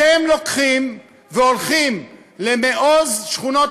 אתם לוקחים והולכים למעוז שכונות